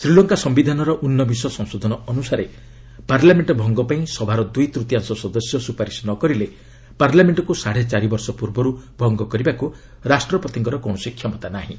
ଶ୍ରୀଲଙ୍କା ସିୟିଧାନର ଊନବିଂଶ ସଂଶୋଧନ ଅନୁସାରେ ପାର୍ଲାମେଣ୍ଟ ଭଙ୍ଗପାଇଁ ସଭାର ଦୁଇ ତୃତୀୟାଂଶ ସଦସ୍ୟ ସୁପାରିସ୍ ନ କରିଲେ ପାର୍ଲାମେଣ୍ଟକୁ ସାଢ଼େ ଚାରି ବର୍ଷ ପୂର୍ବରୁ ଭଙ୍ଗ କରିବାକୁ ରାଷ୍ଟ୍ରପତିଙ୍କର କ୍ଷମତା ନାହିଁ